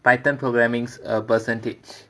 python programming's uh percentage